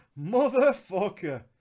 Motherfucker